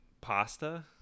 pasta